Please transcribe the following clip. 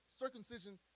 circumcision